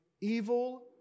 evil